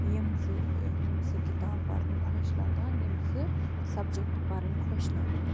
یِم زٕ یِم زٕ کِتاب پَرنہِ خۄش لَگان یِم زٕ سَبجَکٹہٕ پَرٕنۍ خۄش لَگان